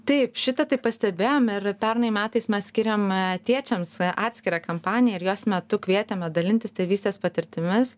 taip šitą tai pastebėjome ir pernai metais mes skiriame tėčiams atskirą kampaniją ir jos metu kvietėme dalintis tėvystės patirtimis